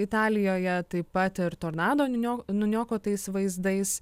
italijoje taip pat ir tornado niunio nuniokotais vaizdais